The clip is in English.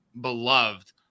beloved